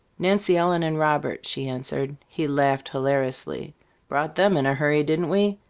nancy ellen and robert, she answered. he laughed hilariously brought them in a hurry, didn't we?